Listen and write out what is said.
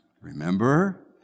Remember